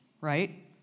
right